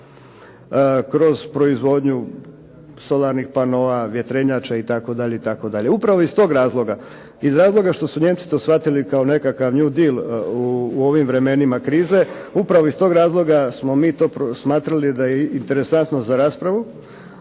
kroz proizvodnju solarnih panoa, vjetrenjača itd. Upravo iz tog razloga, iz razloga što su Nijemci to shvatili kao nekakav new deal u ovim vremenima krize upravo iz tog razloga smo mi smatrali da je interesantno za raspravu